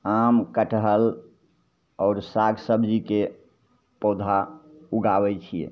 आम कटहल आओर साग सबजीके पौधा उगाबै छिए